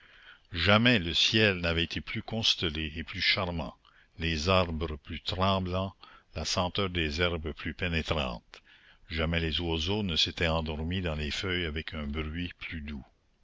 jamais le ciel n'avait été plus constellé et plus charmant les arbres plus tremblants la senteur des herbes plus pénétrante jamais les oiseaux ne s'étaient endormis dans les feuilles avec un bruit plus doux